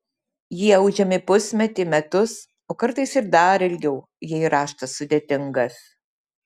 jie audžiami pusmetį metus o kartais ir dar ilgiau jei raštas sudėtingas